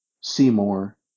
Seymour